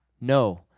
no